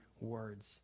words